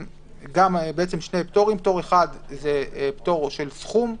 יש שני פטורים, פטור אחד זה פטור של סכום,